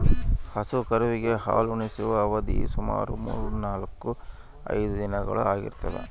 ಹಸು ಕರುವಿಗೆ ಹಾಲುಣಿಸುವ ಅವಧಿಯು ಸುಮಾರು ಮುನ್ನೂರಾ ಐದು ದಿನಗಳು ಆಗಿರ್ತದ